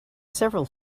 several